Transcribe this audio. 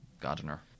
gardener